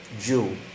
Jew